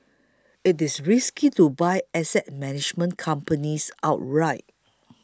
it is risky to buy asset management companies outright